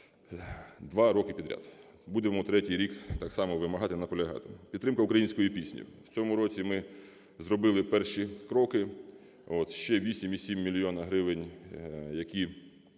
два роки підряд. Будемо третій рік так само вимагати, наполягати. Підтримка української пісні. У цьому році ми зробили перші кроки, ще 8,7 мільйонів гривень, які…